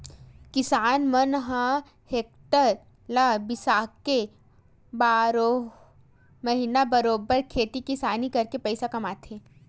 किसान मन ह टेक्टर ल बिसाके बारहो महिना बरोबर खेती किसानी करके पइसा कमाथे